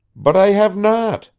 but i have not!